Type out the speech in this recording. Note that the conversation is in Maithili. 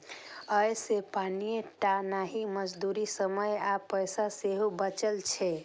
अय से पानिये टा नहि, मजदूरी, समय आ पैसा सेहो बचै छै